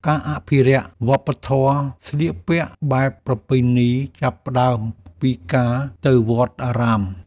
ការអភិរក្សវប្បធម៌ស្លៀកពាក់បែបប្រពៃណី ចាប់ផ្តើមពីការទៅវត្តអារាម។